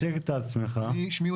לא